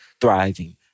thriving